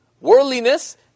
Worldliness